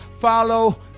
follow